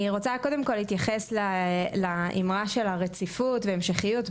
אני רוצה להתייחס לאִמְרָה של הרציפות וההמשכיות.